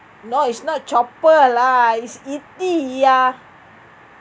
no is not chopper lah it's E_T ya